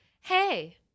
Hey